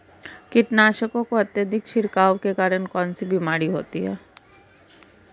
कीटनाशकों के अत्यधिक छिड़काव के कारण कौन सी बीमारी होती है?